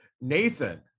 Nathan